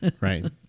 right